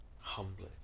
Humbly